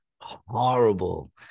horrible